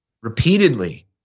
repeatedly